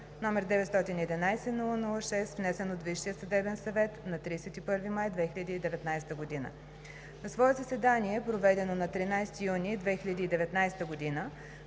г., № 911-00-6, внесен от Висшия съдебен съвет на 31 май 2019 г. На свое заседание, проведено на 13 юни 2019 г.,